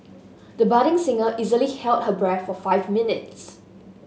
the budding singer easily held her breath for five minutes